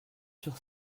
sur